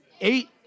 eight